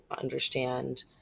understand